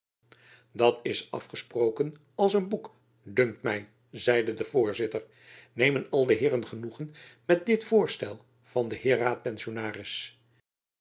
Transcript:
dat is gesproken als een boek dunkt my zeide de voorzitter nemen al de heeren genoegen met dit voorstel van den heer raadpensionaris